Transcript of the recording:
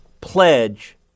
pledge